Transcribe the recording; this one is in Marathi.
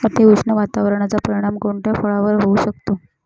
अतिउष्ण वातावरणाचा परिणाम कोणत्या फळावर होऊ शकतो?